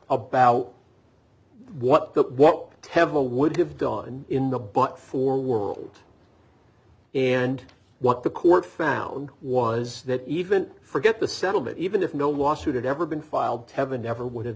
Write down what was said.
about what the what tev a would have done in the butt for world and what the court found was that even forget the settlement even if no lawsuit had ever been filed teven never would have